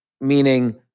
meaning